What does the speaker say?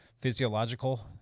physiological